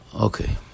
okay